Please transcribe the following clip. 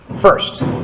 first